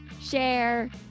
share